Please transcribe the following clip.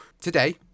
today